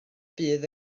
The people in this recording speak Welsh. bydd